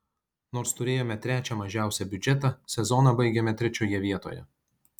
nors turėjome trečią mažiausią biudžetą sezoną baigėme trečioje vietoje